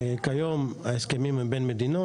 כיום ההסכמים הם בין מדינות,